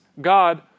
God